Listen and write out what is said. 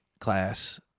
class